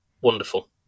Wonderful